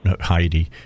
Heidi